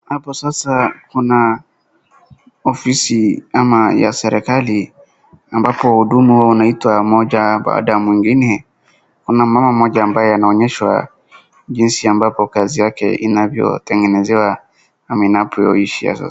Hapo sasa kuna ofisi ama ya serikali, ambapo wahudumu waniata mmoja baadaya ya mwingine. Kuna mama moja ambaye anaonyeshwa jinsi ambapo kazi yake inavyotengenezwa.